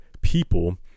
people